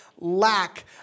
lack